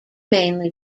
mainly